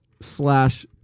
slash